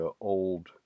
old